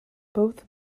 both